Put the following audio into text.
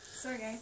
Sorry